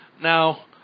Now